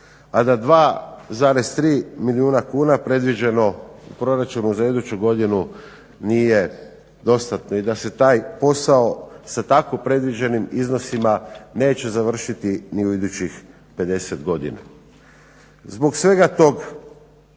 a da 2,3 milijuna kuna predviđeno u proračunu za iduću godinu nije dostatno i da se taj posao sa tako predviđenim iznosima neće završiti ni u idućih 50 godina. Zbog svega toga,